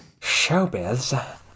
Showbiz